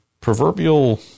proverbial